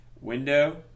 Window